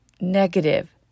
negative